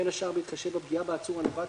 בין השאר בהתחשב בפגיעה בעצור הנובעת